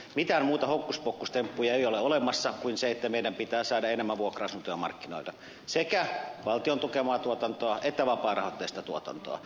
mitään muita hokkuspokkustemppuja ei ole olemassa kuin se että meidän pitää saada enemmän vuokra asuntoja markkinoille sekä valtion tukemaa tuotantoa että vapaarahoitteista tuotantoa